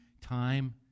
time